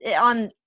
on